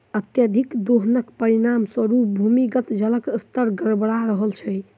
अत्यधिक दोहनक परिणाम स्वरूप भूमिगत जलक स्तर गड़बड़ा रहल छै